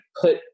put